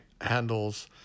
handles